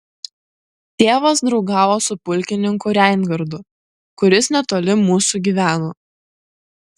tėvas draugavo su pulkininku reingardu kuris netoli mūsų gyveno